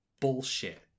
bullshit